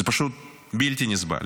זה פשוט בלתי נסבל.